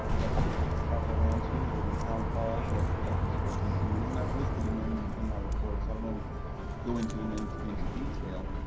legislators will travel around to. there will be town halls at at these fourteen communities and i've listed them in in my reports, so i won't go into them into into detail,